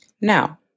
Now